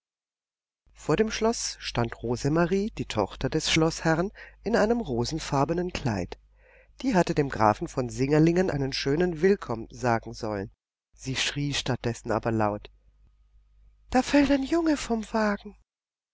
vor dem schloß stand rosemarie die tochter des schloßherrn in einem rosenfarbenen kleid die hatte dem grafen von singerlingen einen schönen willkomm sagen sollen sie schrie statt dessen aber laut da fällt ein junge vom wagen